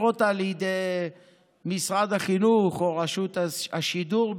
אותה לידי משרד החינוך או רשות השידור,